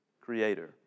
Creator